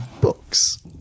books